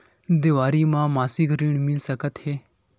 देवारी म मासिक ऋण मिल सकत हे?